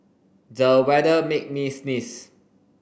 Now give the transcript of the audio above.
the weather made me sneeze